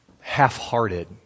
half-hearted